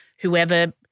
whoever